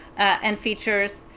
and features